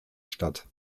statt